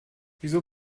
wieso